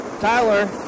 Tyler